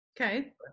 okay